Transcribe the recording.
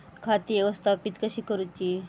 खाती व्यवस्थापित कशी करूची?